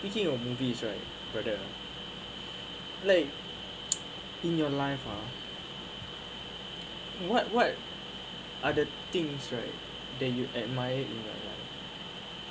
speaking of movies right brother like in your life ha what what other things right that you admire in your life